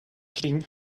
king